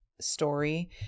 story